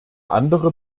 andere